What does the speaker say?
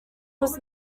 was